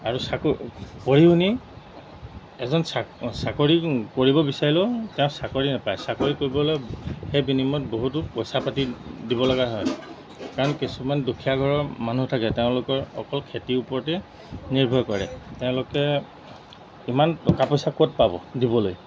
আৰু চাক পঢ়ি শুনি এজন চাক চাকৰি কৰিব বিচাৰিলেও তেওঁ চাকৰি নাপায় চাকৰি কৰিবলৈ সেই বিনিময়ত বহুতো পইচা পাতি দিব লগা হয় কাৰণ কিছুমান দুখীয়া ঘৰৰ মানুহ থাকে তেওঁলোকৰ অকল খেতিৰ ওপৰতে নিৰ্ভৰ কৰে তেওঁলোকে ইমান টকা পইচা ক'ত পাব দিবলৈ